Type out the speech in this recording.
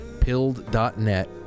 pilled.net